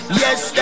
yes